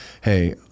hey